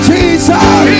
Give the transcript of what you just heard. Jesus